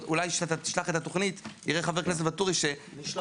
אולי כשנשלח את התוכנית יראה חבר הכנסת ואטורי שהנושא